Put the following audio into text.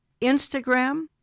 instagram